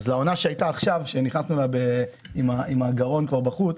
העונה שהיתה עכשיו ושנכנסנו אליה עם הגרון כבר בחוץ,